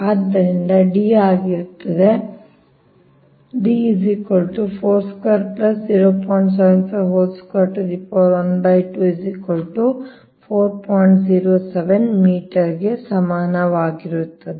ಅಂದರೆ D ಆಗಿರುತ್ತದೆ ಮೀಟರ್ಗೆ ಸಮಾನವಾಗಿರುತ್ತದೆ